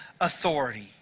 authority